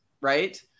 right